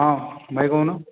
ହଁ ଭାଇ କହୁନ